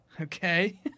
Okay